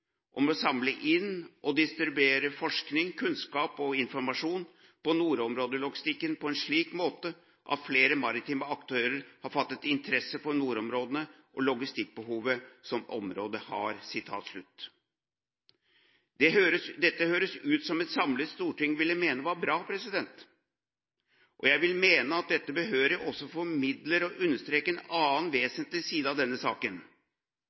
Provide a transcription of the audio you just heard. om å samle inn og distribuere forskning, kunnskap og informasjon om Nordområde-logistikk på en slik måte at flere maritime aktører har fattet interesse for nordområdene og logistikk behovet som området har». Dette høres ut som noe et samlet storting ville mene var bra. Og jeg vil mene at dette behørig også formidler og understreker en annen vesentlig side av denne saken.